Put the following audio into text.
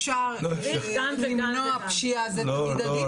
אפשר למנוע פשיעה, זה תמיד עדיף.